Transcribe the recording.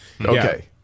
Okay